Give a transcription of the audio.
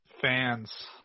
fans